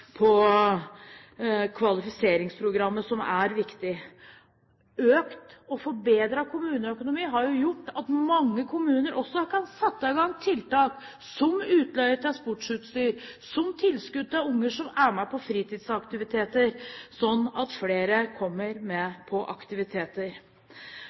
på kvalifiseringsprogrammet, som er viktig. Økt og forbedret kommuneøkonomi har gjort at mange kommuner også kan sette i gang tiltak som utleie av sportsutstyr, som tilskudd til unger som er med på fritidsaktiviteter, slik at flere kommer